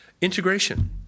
Integration